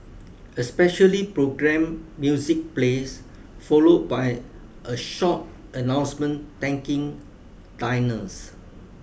a specially programmed music plays followed by a short announcement thanking diners